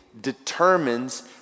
determines